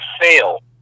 fail